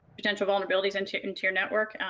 potential vulnerabilities into into your network.